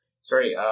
Sorry